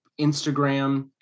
Instagram